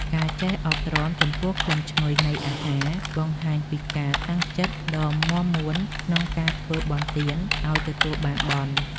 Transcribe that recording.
ការចេះអត់ទ្រាំចំពោះក្លិនឈ្ងុយនៃអាហារបង្ហាញពីការតាំងចិត្តដ៏មាំមួនក្នុងការធ្វើបុណ្យទានឱ្យទទួលបានបុណ្យ។